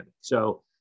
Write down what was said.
So-